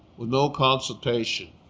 with no consultation.